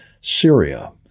Syria